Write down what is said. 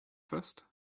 first